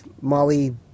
Molly